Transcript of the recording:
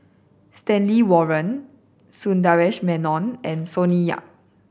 Stanley Warren Sundaresh Menon and Sonny Yap